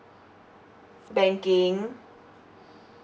banking